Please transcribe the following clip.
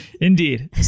Indeed